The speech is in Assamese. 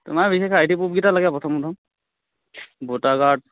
তোমাৰ বিশেষে আই ডি প্ৰুফ কিটা লাগে প্ৰথম প্ৰথম ভোটাৰ কাৰ্ড